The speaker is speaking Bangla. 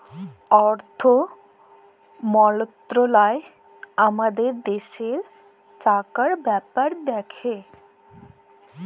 অথ্থ মলত্রলালয় আমাদের দ্যাশের টাকার ব্যাপার দ্যাখে